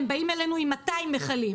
הם באים אלינו עם 200 מכלים,